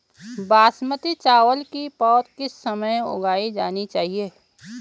बासमती चावल की पौध किस समय उगाई जानी चाहिये?